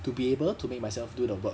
to be able to make myself do the work